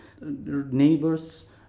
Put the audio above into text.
neighbors